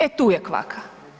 E tu je kvaka.